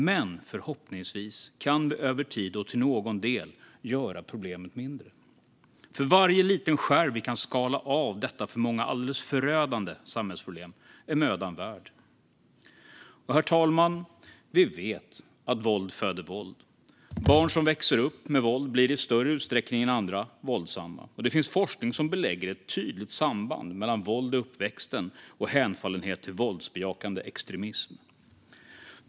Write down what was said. Men förhoppningsvis kan vi över tid och till någon del göra problemet mindre, för varje liten skärv som vi kan skala av detta för många alldeles förödande samhällsproblem är mödan värd. Herr talman! Vi vet att våld föder våld. Barn som växer upp med våld blir våldsamma i större utsträckning än andra. Det finns forskning som belägger ett tydligt samband mellan våld i uppväxten och hänfallande till våldsbejakande extremism.